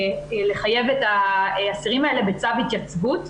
לחייב את האסירים האלה בצו התייצבות,